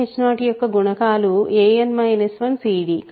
cdg0h0 యొక్క గుణకాలు an 1cd